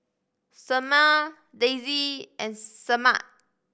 Selmer Daisey and Semaj